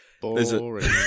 Boring